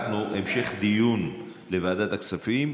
המשך דיון בוועדת הכספים,